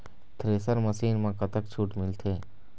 Thresher machine म कतक छूट मिलथे?